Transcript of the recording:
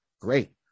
Great